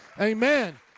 Amen